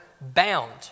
bound